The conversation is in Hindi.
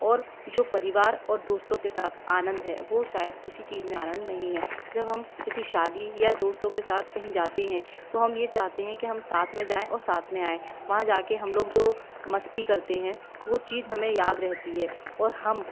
और जो परिवार और दोस्तों के साथ आनंद है वो शायद किसी चीज़ में आनंद नहीं है जब हम किसी शादी या दोस्तों के साथ कहीं जाते हैं तो हम ये चाहते हैं कि हम साथ में जाएं और साथ में आएं वहाँ जा के हम लोग जो मस्ती करते हैं वो चीज़ हमें याद रहती है और हम